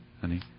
honey